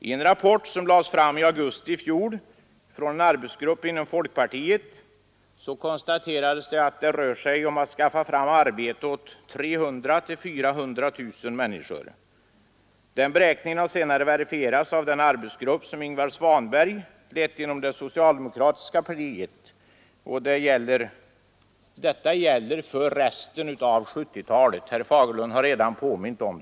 I en rapport, som lades fram i augusti i fjol från en arbetsgrupp i folkpartiet, konstaterades att det rör sig om att skaffa fram arbete åt 300 000—400 000 människor. Den beräkningen har senare verifierats av den arbetsgrupp som Ingvar Svanberg lett inom det socialdemokratiska partiet. Prognosen avser den resterande delen av 1970-talet, vilket herr Fagerlund redan har påmint om.